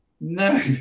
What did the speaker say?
no